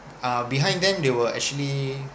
uh behind them they were actually